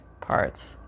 parts